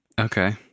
okay